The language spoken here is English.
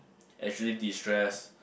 actually destress